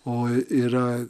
o yra